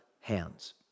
hands